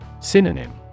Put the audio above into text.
Synonym